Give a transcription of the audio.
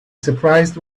surprised